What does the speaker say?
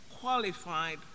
qualified